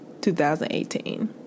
2018